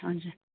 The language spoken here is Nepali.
हजुर